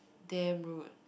damn rude